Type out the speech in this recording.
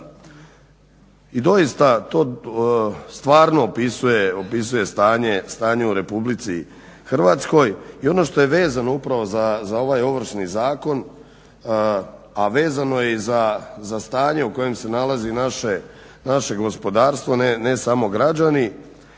I doista to stvarno opisuje stanje u RH i ono što je vezano upravo za ovaj Ovršni zakon, a vezano je i za stanje u kojem se nalazi naše gospodarstvo, ne samo građani,